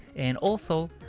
and also,